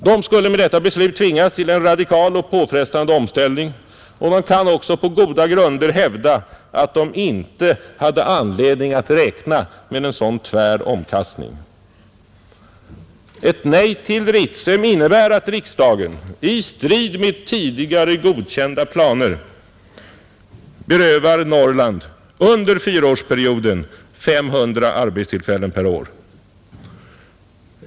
De skulle med detta beslut tvingas till en radikal och påfrestande omställning, och de kan på goda grunder hävda att de inte hade anledning att räkna med en sådan tvär omkastning. Ett nej till Ritsem innebär att riksdagen, i strid med tidigare godkända planer, berövar Norrland under fyraårsperioden 500 arbetstillfällen per år.